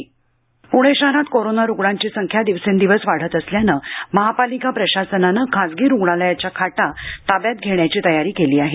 प्णे शहरात कोरोना रुग्णांची संख्या दिवसेंदिवस वाढत असल्यामुळे महापालिका प्रशासनानं खासगी रुग्णालयाचे वेड ताब्यात घेण्याची तयारी केली आहे